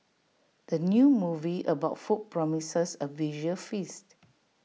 the new movie about food promises A visual feast